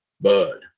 Bud